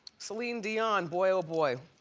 celine dion boy boy